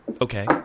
Okay